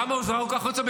למה הוא זרק החוצה?